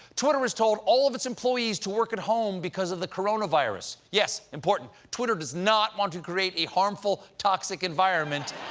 twitter has told all of its employees to work at home because of the coronavirus. yes, important twitter does not want to create a harmful, toxic environment.